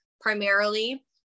primarily